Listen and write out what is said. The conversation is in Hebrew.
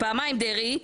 פעמיים דרעי,